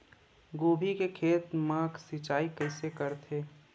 गोभी के खेत मा सिंचाई कइसे रहिथे?